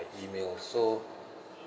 my email so